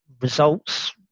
results